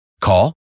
Call